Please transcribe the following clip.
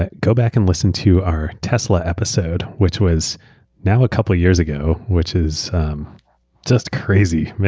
ah go back and listen to our tesla episode, which was now a couple of years ago, which is um just crazy.